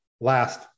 last